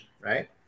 right